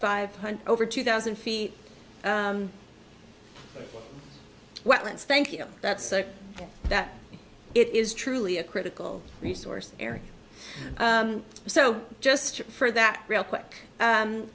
five hundred over two thousand feet wetlands thank you that's so that it is truly a critical resource area so just for that real quick